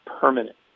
permanent